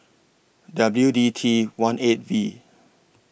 W D T one eight V